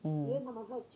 mm